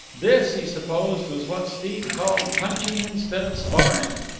this, he supposed, was what steve called punching instead of sparring.